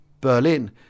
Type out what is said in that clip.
Berlin